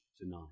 tonight